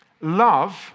Love